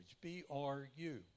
B-R-U